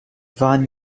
waren